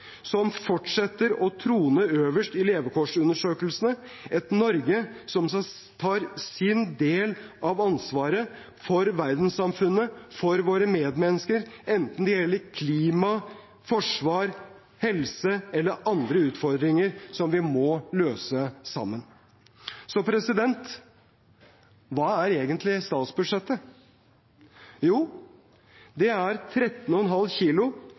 som fortsetter å trone øverst i levekårsundersøkelsene et Norge som tar sin del av ansvaret for verdenssamfunnet og for våre medmennesker, enten det gjelder klima, forsvar, helse eller andre utfordringer som vi må løse sammen Så hva er egentlig statsbudsjettet? Jo, det er 13,5